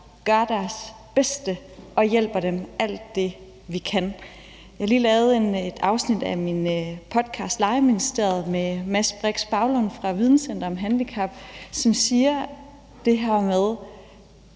gør deres bedste, og at vi hjælper dem alt det, vi kan. Jeg har lige lavet et afsnit af min podcast, »Legeministeriet«, med Mads Brix Baulund fra Videnscenter om handicap, som siger det her med: